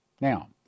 Now